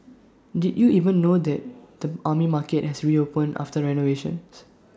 did you even know that the Army Market has reopened after renovations